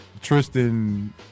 Tristan